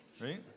right